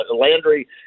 Landry